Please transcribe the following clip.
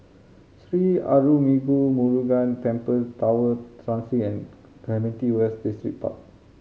Sri Arulmigu Murugan Temple Tower Transit and Clementi West Distripark